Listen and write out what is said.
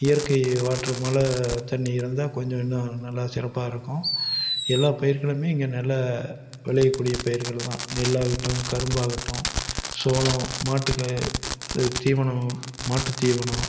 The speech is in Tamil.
இயற்கை வாட்டர் மழை தண்ணி இருந்தால் கொஞ்சம் இன்னும் நல்லா சிறப்பாக இருக்கும் எல்லா பயிர்களும் இங்கே நல்லா விளையக்கூடிய பயிர்கள் தான் நெல்லாகட்டும் கரும்பாகட்டும் சோளம் மாட்டுக்கு தீவனம் மாட்டுத்தீவனம்